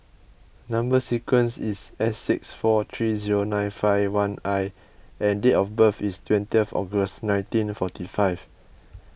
Number Sequence is S six four three zero nine five one I and date of birth is twenty August nineteen forty five